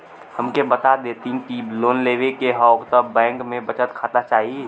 हमके बता देती की लोन लेवे के हव त बैंक में बचत खाता चाही?